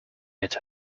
get